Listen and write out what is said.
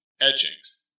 Etchings